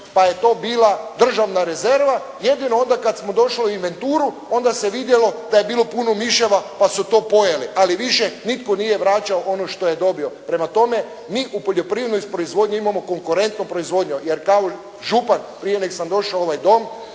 pa je to bila državna rezerva, jedino kada smo došli u inventuru, onda se vidjelo da je bilo puno miševa pa su to pojeli. Ali više nitko nije vračao ono što je dobio. Prema tome, mi u poljoprivrednoj proizvodnji imamo konkurentnu proizvodnju. Jer kao župan prije nego što sam došao u ovaj dom